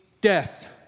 death